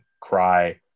cry